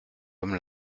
homme